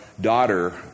daughter